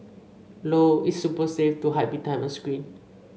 low its super safe to hide behind a screen